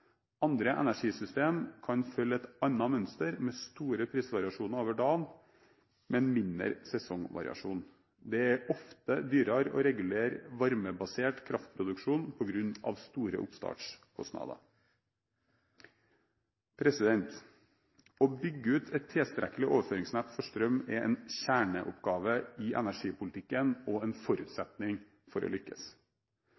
Andre energisystemer kan følge et annet mønster med store prisvariasjoner over døgnet, men med mindre sesongvariasjoner. Det er ofte dyrere å regulere varmebasert kraftproduksjon på grunn av store oppstartskostnader. Å bygge ut et tilstrekkelig overføringsnett for strøm er en kjerneoppgave i energipolitikken og en